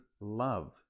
love